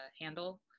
handle